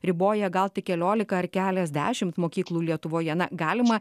riboja gal tik keliolika ar keliasdešimt mokyklų lietuvoje na galima